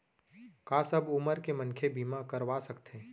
का सब उमर के मनखे बीमा करवा सकथे?